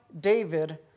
David